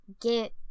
get